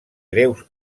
greus